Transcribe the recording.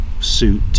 suit